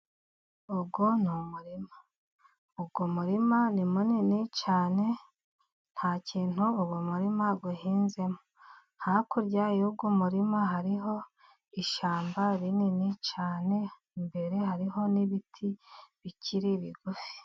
Uwo ni umurima. Uwo murima ni munini cyane, nta kintu uwo muririma uhinzemo. Hakurya y'uwo murima hariho ishyamba rinini cyane, imbere hariho n'ibiti bikiri bigufi.